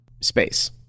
space